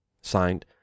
signed